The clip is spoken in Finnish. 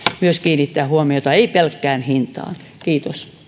kiinnittää huomiota ei pelkkään hintaan kiitos